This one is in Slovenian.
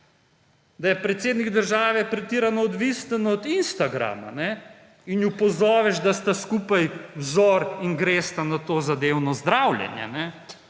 da je predsednik države pretirano odvisen od Instagrama, in ju pozoveš, da sta skupaj vzor in gresta na tozadevno zdravljenje,